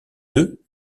deux